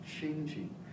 changing